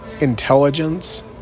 intelligence